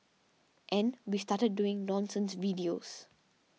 and we started doing nonsense videos